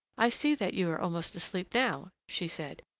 i see that you're almost asleep now, she said,